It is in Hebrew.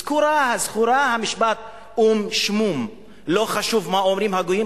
זכור המשפט "או"ם שמום"; לא חשוב מה אומרים הגויים,